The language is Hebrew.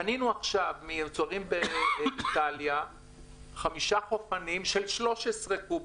קנינו עכשיו חמישה חופנים של 13 קוב.